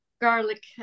garlic